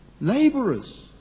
Laborers